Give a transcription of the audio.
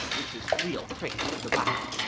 which is real cricket with a bat,